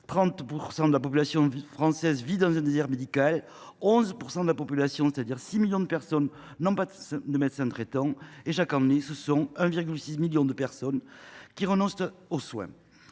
30 % de la population française vit dans un désert médical et 11 % de la population, c’est à dire 6 millions de personnes, n’a pas de médecin traitant. Chaque année, 1,6 million de personnes renoncent à des soins.